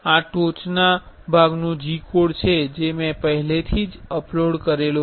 આ ટોચના ભાગનો G કોડ છે જે મેં પહેલેથી જ અપલોડ કરેલ છે